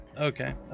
Okay